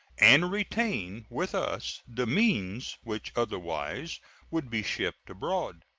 and retain with us the means which otherwise would be shipped abroad.